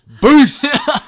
Boost